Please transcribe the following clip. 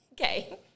Okay